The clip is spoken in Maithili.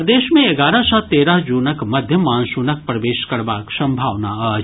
प्रदेश मे एगारह सॅ तेरह जूनक मध्य मॉनसूनक प्रवेश करबाक संभावना अछि